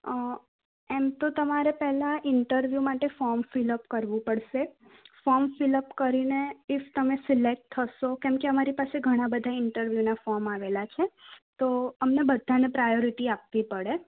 એમ તો તમારે પેલા ઇન્ટરવ્યૂ માટે ફોર્મ ફીલ અપ કરવું પડશે ફોર્મ ફીલ અપ કરીને ઇફ તમે સિલેક્ટ થસો કેમ કે અમારી પાસે ઘણા બધા ઇન્ટરવ્યુના ફોર્મ આવેલા છે તો અમને બધાને પ્રાયોરિટી આપવી પડે